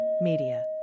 Media